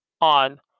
on